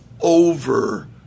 over